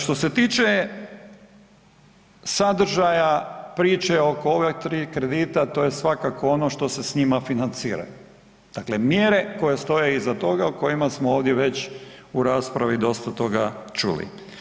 Što se tiče sadržaja priče oko ova 3 kredita to je svakako ono što se s njima financira, dakle mjere koje stoje iza toga o kojima smo ovdje već u raspravi dosta toga čuli.